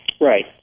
Right